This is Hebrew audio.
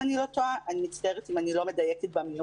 אם אני לא טועה אני מצטערת אם אני לא מדייקת במינוחים